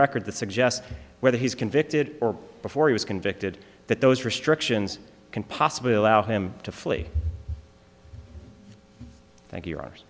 record to suggest whether he's convicted or before he was convicted that those restrictions can possibly allow him to flee